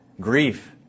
grief